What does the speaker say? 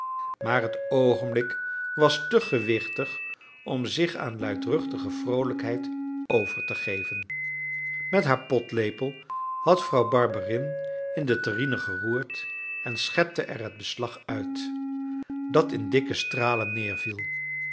maar het oogenblik was te gewichtig om zich aan luidruchtige vroolijkheid over te geven met haar potlepel had vrouw barberin in de terrine geroerd en schepte er het beslag uit dat in dikke stralen neerviel